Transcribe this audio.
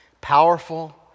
Powerful